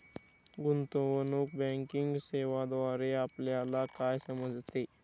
गुंतवणूक बँकिंग सेवांद्वारे आपल्याला काय समजते?